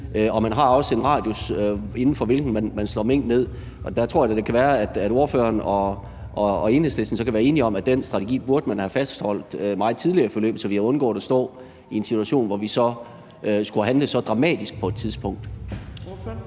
og man har også en radius, inden for hvilken man slår minkene ned. Og der tror jeg da, det kan være, at ordføreren og Enhedslisten så kan være enige om, at man burde have fastholdt den strategi meget tidligere i forløbet, så vi havde undgået at stå i en situation, hvor vi så skulle handle så dramatisk på et tidspunkt.